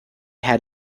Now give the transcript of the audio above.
had